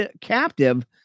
captive